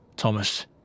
Thomas